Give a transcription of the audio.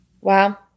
Wow